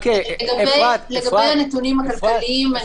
לגבי הנתונים הכלכליים,